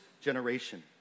generation